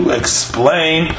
explain